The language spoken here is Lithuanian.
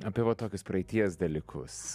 apie va tokius praeities dalykus